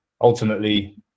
ultimately